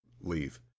leave